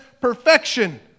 perfection